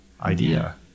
idea